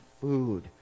food